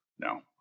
No